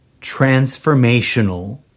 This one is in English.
transformational